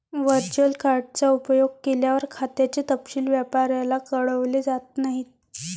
virtual card चा उपयोग केल्यावर, खात्याचे तपशील व्यापाऱ्याला कळवले जात नाहीत